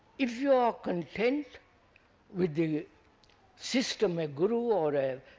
if you are content with a system, a guru, or ah